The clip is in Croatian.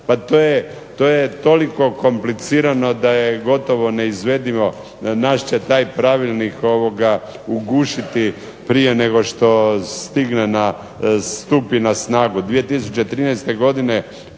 Pa to je toliko komplicirano da je gotovo neizvedivo. Nas će taj pravilnik ugušiti prije nego što stigne i stupi na snagu.